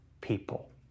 people